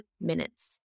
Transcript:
minutes